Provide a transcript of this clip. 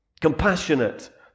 compassionate